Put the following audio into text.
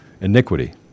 iniquity